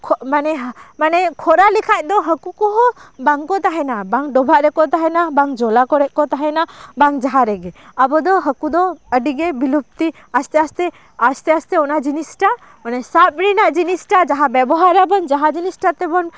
ᱢᱟᱱᱮ ᱢᱟᱱᱮ ᱠᱷᱚᱨᱟ ᱞᱮᱠᱷᱟᱡ ᱫᱚ ᱦᱟᱹᱠᱩ ᱠᱚᱦᱚᱸᱵᱟᱝ ᱠᱚ ᱛᱟᱦᱮᱱᱟ ᱵᱟᱝ ᱰᱚᱵᱷᱟᱜ ᱨᱮᱠᱚ ᱛᱟᱦᱮᱱᱟ ᱵᱟᱝ ᱡᱚᱞᱟ ᱠᱚᱨᱮᱫ ᱠᱚ ᱛᱟᱦᱮᱱᱟ ᱵᱟᱝ ᱡᱟᱦᱟ ᱨᱮᱜᱮ ᱟᱵᱚ ᱫᱚ ᱦᱟᱹᱠᱩ ᱫᱚ ᱟᱹᱰᱤ ᱜᱮ ᱵᱤᱞᱩᱯᱛᱤ ᱟᱥᱛᱮ ᱟᱥᱛᱮ ᱟᱥᱛᱮ ᱟᱥᱛᱮ ᱚᱱᱟ ᱡᱤᱱᱤᱥᱴᱟ ᱢᱟᱱᱮ ᱥᱟᱵ ᱨᱮᱱᱟᱜ ᱡᱤᱱᱤᱥᱴᱟ ᱡᱟᱦᱟᱸ ᱵᱮᱵᱚᱦᱟᱨᱟᱵᱚᱱ ᱡᱟᱦᱟᱸ ᱡᱤᱱᱤᱥᱴᱟ ᱛᱮᱵᱚᱱ